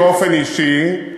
אז פניתי באופן אישי,